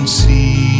see